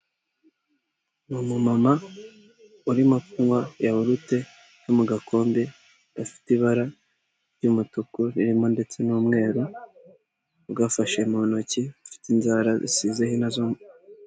Umumama urimo kunywa yahurute iri mu gakombe gafite ibara ry'umutuku ririmo ndetse n'umweru ugafashe mu ntoki, ufite inzara zisize ihina.